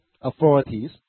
authorities